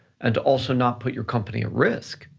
and to also not put your company at risk,